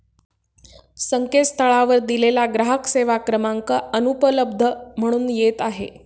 संकेतस्थळावर दिलेला ग्राहक सेवा क्रमांक अनुपलब्ध म्हणून येत आहे